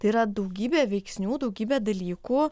tai yra daugybė veiksnių daugybė dalykų